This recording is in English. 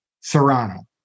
Serrano